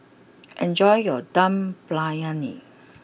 enjoy your Dum Briyani